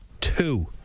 Two